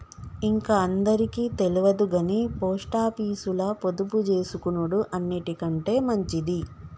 ఇంక అందరికి తెల్వదుగని పోస్టాపీసుల పొదుపుజేసుకునుడు అన్నిటికంటె మంచిది